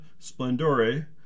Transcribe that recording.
Splendore